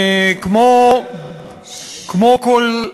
כמו כל,